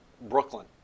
Brooklyn